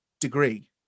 degree